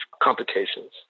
complications